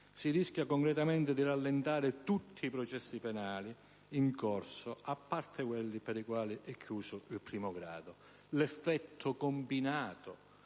si rischia concretamente di rallentare tutti i processi penali in corso, a parte quelli per i quali è chiuso il primo grado.